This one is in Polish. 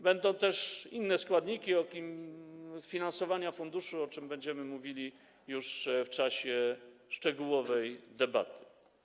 Będą też inne składniki finansowania funduszu, o czym będziemy mówili już w czasie szczegółowej debaty.